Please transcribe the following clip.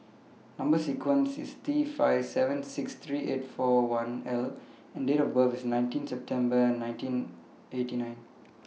Number sequence IS T five seven six three eight four one L and Date of birth IS nineteen September nineteen eighty nine